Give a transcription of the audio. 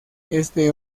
este